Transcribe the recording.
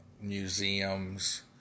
museums